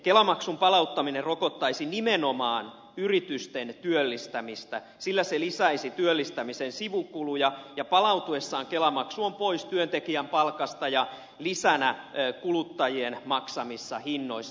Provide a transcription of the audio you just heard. kelamaksun palauttaminen rokottaisi nimenomaan yritysten työllistämistä sillä se lisäisi työllistämisen sivukuluja ja palautuessaan kelamaksu on pois työntekijän palkasta ja lisänä kuluttajien maksamissa hinnoissa